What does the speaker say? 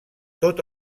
tot